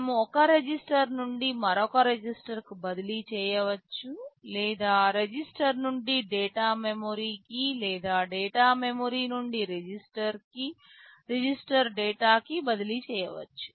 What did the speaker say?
మనము ఒక రిజిస్టర్ నుండి మరొక రిజిస్టర్ కు బదిలీ చేయవచ్చు లేదా రిజిస్టర్ నుండి డేటా మెమరీకి లేదా డేటా మెమరీ నుండి రిజిస్టర్ డేటాకి బదిలీ చేయవచ్చు